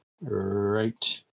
right